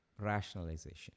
rationalization